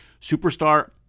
Superstar